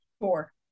Four